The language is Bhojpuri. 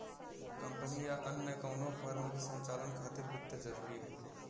कंपनी या अन्य कउनो फर्म के संचालन खातिर वित्त जरूरी हौ